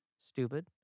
stupid